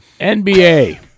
NBA